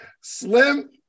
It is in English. Slim